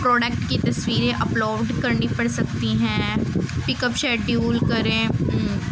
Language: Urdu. پروڈکٹ کی تصویریں اپلوڈ کرنی پڑ سکتی ہیں پک اپ شیڈیول کریں